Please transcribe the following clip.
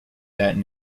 that